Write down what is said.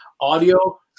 audio